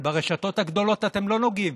אבל ברשתות הגדולות אתם לא נוגעים.